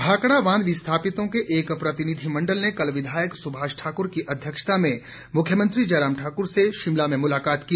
भाखड़ा बांध विस्थापितों के एक प्रतिनिधिमंडल ने कल विधायक सुभाष ठाकुर की अध्यक्षता में मुख्यमंत्री जयराम ठाकुर से शिमला में मुलाकात की